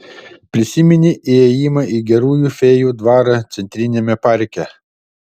prisimeni įėjimą į gerųjų fėjų dvarą centriniame parke